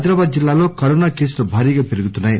ఆదిలాబాద్ జిల్లాలో కరోనా కేసులు భారీగా పెరుగుతున్నాయి